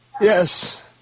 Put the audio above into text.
Yes